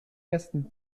ersten